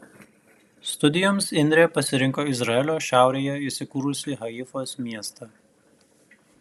studijoms indrė pasirinko izraelio šiaurėje įsikūrusį haifos miestą